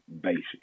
basic